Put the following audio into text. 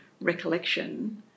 recollection